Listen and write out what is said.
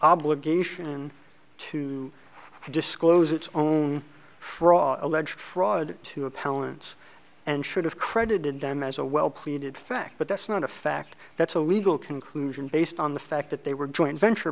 obligation to disclose its own fraud alleged fraud two appellants and should have credited them as a well pleaded fact but that's not a fact that's a legal conclusion based on the fact that they were joint venture